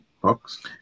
books